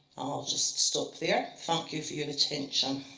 i'll just stop there. thank you for your attention